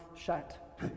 shut